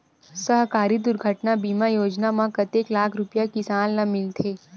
सहकारी दुर्घटना बीमा योजना म कतेक लाख रुपिया किसान ल मिलथे?